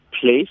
place